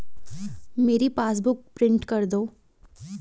मेरी passbook print कर दो